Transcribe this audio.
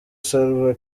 salva